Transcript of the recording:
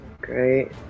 Great